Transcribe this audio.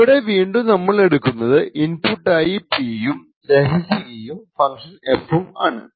ഇവിടെ വീണ്ടും നമ്മൾ എടുക്കുന്നത് ഇൻപുട്ട് ആയി P യും രഹസ്യ കീയും ഫങ്ക്ഷൻ f ഉം ആണ്